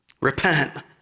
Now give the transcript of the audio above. Repent